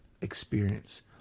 experience